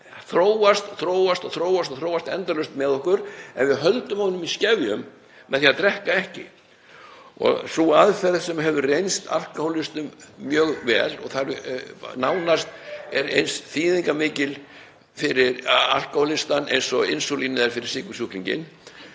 þróast, þróast og þróast endalaust með okkur en við höldum honum í skefjum með því að drekka ekki. Sú aðferð sem hefur reynst alkóhólistum mjög vel, og það er nánast eins þýðingarmikið fyrir alkóhólistann eins og insúlín er fyrir sykursjúklinginn,